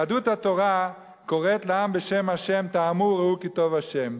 יהדות התורה קוראת לעם בשם השם: טעמו וראו כי טוב השם.